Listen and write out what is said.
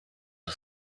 het